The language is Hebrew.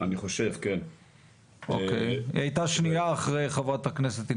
היא תפחד לשתף פעולה.